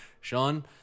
Sean